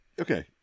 okay